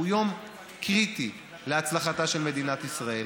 הוא יום קריטי להצלחתה של מדינת ישראל.